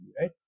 right